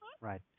Right